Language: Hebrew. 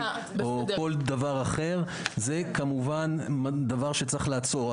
זה כמובן דבר שצריך לעצור.